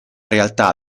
realtà